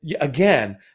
again